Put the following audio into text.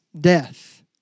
death